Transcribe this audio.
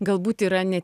galbūt yra ne